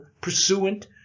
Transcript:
pursuant